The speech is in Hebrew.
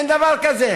אין דבר כזה.